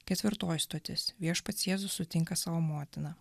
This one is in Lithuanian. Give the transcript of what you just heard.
ketvirtoji stotis viešpats jėzus sutinka savo motiną